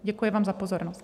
Děkuji vám za pozornost.